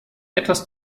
etwas